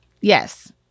Yes